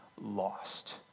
lost